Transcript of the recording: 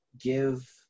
give